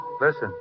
Listen